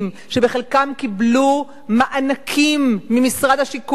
שבחלקם קיבלו מענקים ממשרד השיכון,